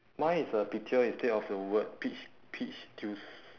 mine is a picture instead of the word peach peach juice